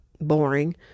boring